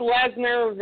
Lesnar